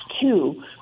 Two